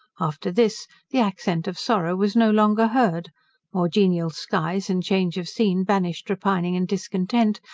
after this the accent of sorrow was no longer heard more genial skies and change of scene banished repining and discontent,